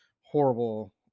horrible